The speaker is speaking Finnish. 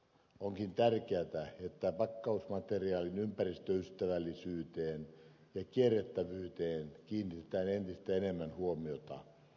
onkin tärkeätä että pakkausmateriaalin ympäristöystävällisyyteen ja kierrätettävyyteen kiinnitetään entistä enemmän huomiota